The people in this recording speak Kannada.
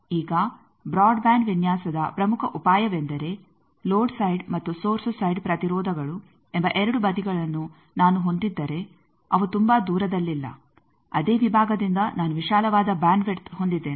ಈಗ ಬ್ರಾಡ್ ಬ್ಯಾಂಡ್ ವಿನ್ಯಾಸದ ಪ್ರಮುಖ ಉಪಾಯವೆಂದರೆ ಲೋಡ್ ಸೈಡ್ ಮತ್ತು ಸೋರ್ಸ್ ಸೈಡ್ ಪ್ರತಿರೋಧಗಳು ಎಂಬ ಎರಡು ಬದಿಗಳನ್ನು ನಾನು ಹೊಂದಿದ್ದರೆ ಅವು ತುಂಬಾ ದೂರದಲ್ಲಿಲ್ಲ ಅದೇ ವಿಭಾಗದಿಂದ ನಾನು ವಿಶಾಲವಾದ ಬ್ಯಾಂಡ್ ವಿಡ್ತ್ ಹೊಂದಿದ್ದೇನೆ